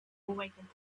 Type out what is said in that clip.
awakened